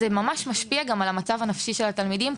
זה דבר שגם ממש משפיע על מצבם הנפשי של התלמידים,